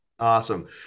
Awesome